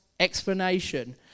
explanation